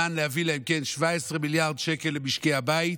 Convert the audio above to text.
למען להביא להם 17 מיליארד שקל למשקי הבית